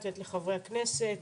אני נותנת לחברי הכנסת.